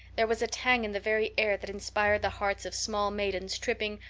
there was a tang in the very air that inspired the hearts of small maidens tripping,